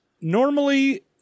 normally